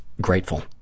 grateful